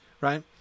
right